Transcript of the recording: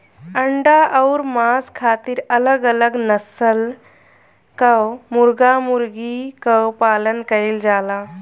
अंडा अउर मांस खातिर अलग अलग नसल कअ मुर्गा मुर्गी कअ पालन कइल जाला